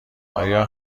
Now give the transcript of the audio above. آیا